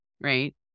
right